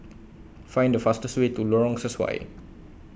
Find The fastest Way to Lorong Sesuai